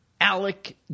Alec